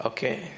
Okay